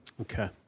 Okay